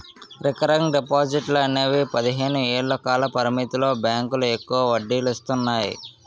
recurring డిపాజిట్లు అనేవి పదిహేను ఏళ్ల కాల పరిమితితో బ్యాంకులు ఎక్కువ వడ్డీనందిస్తాయి